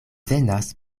venas